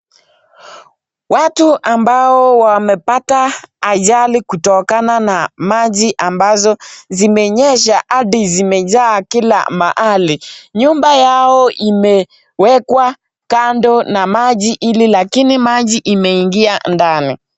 Watu ambao wamepata ajali kutokana na maji ambazo zimenyesha hadi zikajaa kila mahali. Nyumba yao imewekwa kando na maji hili lakini maji imeingia ndani.